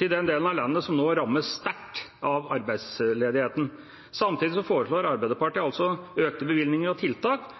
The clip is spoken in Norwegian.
til den delen av landet som nå rammes sterkt av arbeidsledigheten. Samtidig foreslår Arbeiderpartiet altså økte bevilgninger og tiltak